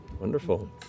Wonderful